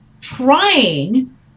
trying